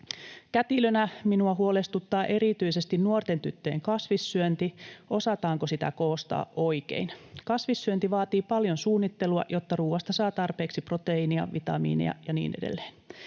Kätilönä minua huolestuttaa erityisesti nuorten tyttöjen kasvissyönti, se, osataanko sitä koostaa oikein. Kasvissyönti vaatii paljon suunnittelua, jotta ruoasta saa tarpeeksi proteiinia, vitamiinia ja niin edelleen.